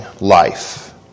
Life